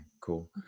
cool